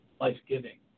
life-giving